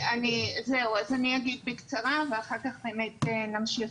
אז אני אגיד בקצרה ואחר כך באמת נמשיך